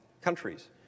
countries